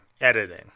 editing